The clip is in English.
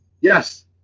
Yes